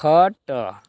ଖଟ